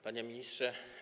Panie Ministrze!